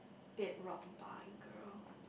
dead rock bar and grill